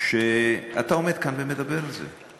שאתה עומד כאן ומדבר על זה.